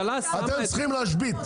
אתם צריכים להשבית.